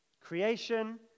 Creation